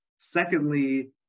Secondly